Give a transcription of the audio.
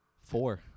four